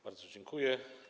Bardzo dziękuję.